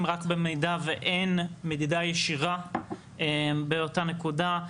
רק במידע ואין מדידה ישירה באותה נקודה,